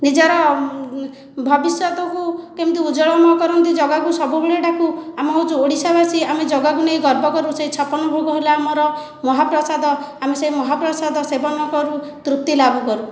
ନିଜର ଭବିଷ୍ୟତକୁ କେମିତି ଉଜ୍ଜ୍ଵଳମୟ କରନ୍ତୁ ଜଗାକୁ ସବୁବେଳେ ଡାକୁ ଆମେ ହେଉଛୁ ଓଡ଼ିଶାବାସୀ ଆମେ ଜଗାକୁ ନେଇ ଗର୍ବ କରୁ ସେହି ଛପନ ଭୋଗ ହେଲା ଆମର ମହାପ୍ରସାଦ ଆମେ ସେହି ମହାପ୍ରସାଦ ସେବନ କରୁ ତୃପ୍ତି ଲାଭ କରୁ